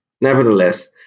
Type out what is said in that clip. Nevertheless